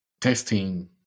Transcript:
testing